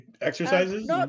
exercises